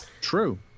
True